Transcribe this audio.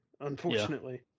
unfortunately